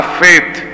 faith